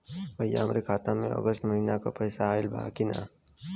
भईया हमरे खाता में अगस्त महीना क पैसा आईल बा की ना?